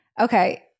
okay